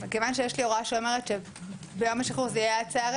כיוון שיש לי הוראה שאומרת שביום השחרור זה יהיה עד צוהרי